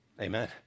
Amen